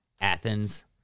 Athens